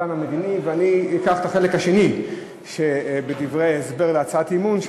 ואני אקח את החלק השני שבדברי ההסבר להצעת האי-אמון,